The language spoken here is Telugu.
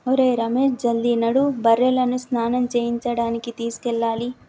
ఒరేయ్ రమేష్ జల్ది నడు బర్రెలను స్నానం చేయించడానికి తీసుకెళ్లాలి